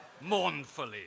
mournfully